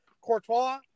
Courtois